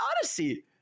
Odyssey